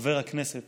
חבר הכנסת